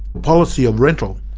policy of rental.